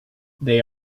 they